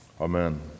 Amen